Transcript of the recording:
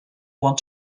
want